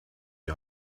die